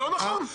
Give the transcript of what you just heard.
לא נכון.